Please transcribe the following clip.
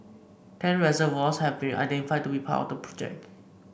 ten reservoirs have been identified to be part of the project